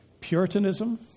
Puritanism